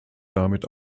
damit